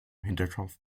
hinterkopf